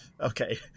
Okay